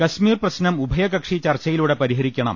കശ്മീർ പ്രശനം ഉഭയകക്ഷി ചർച്ചയിലൂടെ പരിഹരിക്കണം